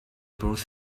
brought